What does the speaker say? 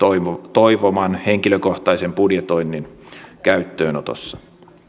toivoman henkilökohtaisen budjetoinnin käyttöönotossa